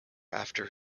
after